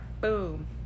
Boom